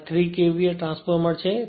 આ 3 KVA transformer છે